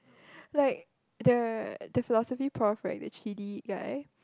like the the philosophy prof right the three D guy